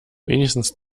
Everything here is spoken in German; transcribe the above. wenigstens